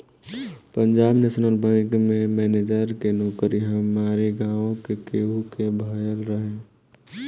Punjab national bank में manager के नोकरी हमारी गांव में केहू के भयल रहे